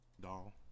Doll